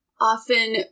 often